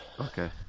Okay